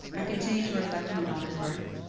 i continue to reflect on my daughter's birth.